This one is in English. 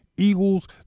Eagles